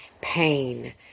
Pain